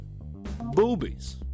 boobies